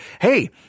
Hey